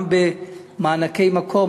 גם במענקי מקום.